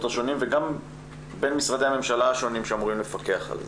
השונים וגם בין משרדי הממשלה השונים שאמורים לפקח עליהם.